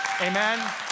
Amen